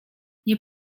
nie